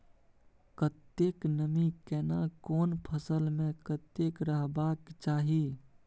कतेक नमी केना कोन फसल मे कतेक रहबाक चाही?